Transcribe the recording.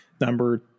Number